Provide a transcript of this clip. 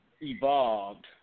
evolved